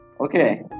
Okay